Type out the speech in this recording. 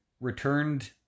returned